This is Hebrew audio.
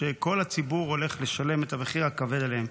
שכל הציבור הולך לשלם את המחיר הכבד עליהן.